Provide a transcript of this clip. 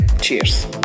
Cheers